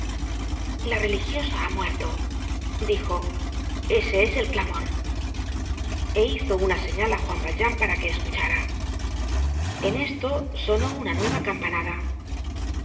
la religiosa ha muerto dijo ese es el clamor e hizo una señal á juan valjean para que escuchara en esto sonó una nueva campanada